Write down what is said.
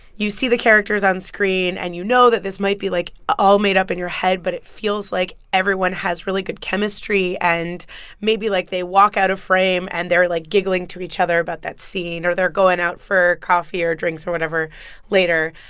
you see the characters on screen, and you know that this might be, like, all made up in your head, but it feels like everyone has really good chemistry. and maybe, like, they walk out of frame, and they're, like, giggling to each other about that scene. or they're going out for coffee or drinks or whatever later.